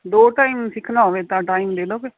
ਦੋ ਟਾਈਮ ਸਿੱਖਣਾ ਹੋਵੇ ਤਾਂ ਟਾਈਮ ਲੈ ਲਓਗੇ